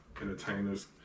entertainers